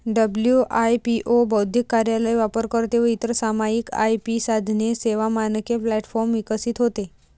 WIPO बौद्धिक कार्यालय, वापरकर्ते व इतर सामायिक आय.पी साधने, सेवा, मानके प्लॅटफॉर्म विकसित होते